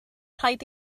rhaid